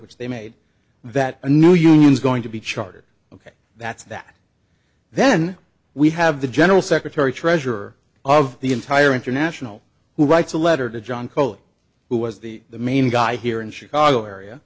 which they made that a new union is going to be chartered ok that's that then we have the general secretary treasurer of the entire international who writes a letter to john cole who was the main guy here in chicago area